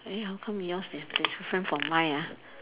eh how come yours di~ different from mine ah